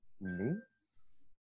Nice